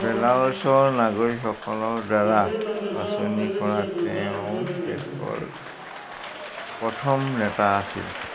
বেলাৰুছৰ নাগৰিকসকলৰ দ্বাৰা বাছনি কৰা তেওঁ দেশৰ প্ৰথম নেতা আছিল